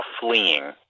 fleeing